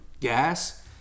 gas